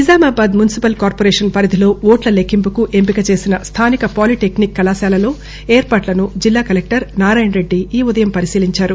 Nizamabad municipal corporation పరిధిలో ఓట్ల లెక్కింపుకు ఎంపిక చేసిన స్థానిక పాలిటెక్నిక్ కళాశాలలో ఏర్పాట్లను జిల్లా కలెక్షర్ నారాయణరెడ్డి ఈ ఉదయం పరిశీలించారు